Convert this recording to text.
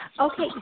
Okay